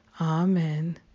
Amen